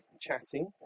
chatting